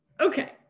Okay